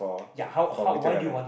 ya how how why do you want